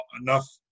enough